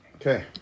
Okay